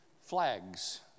flags